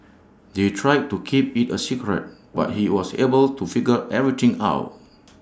they tried to keep IT A secret but he was able to figure everything out